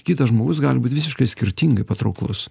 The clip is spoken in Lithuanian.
kitas žmogus gali būti visiškai skirtingai patrauklus